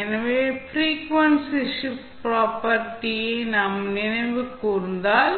எனவே frequency shift property frequency shift property நாம் நினைவு கூர்ந்தால்